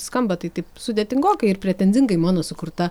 skamba tai taip sudėtingokai ir pretenzingai mano sukurta